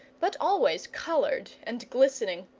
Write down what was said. but always coloured and glistening.